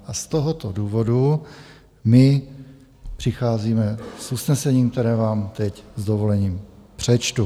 Z tohoto důvodu my přicházíme s usnesením, které vám teď s dovolením přečtu: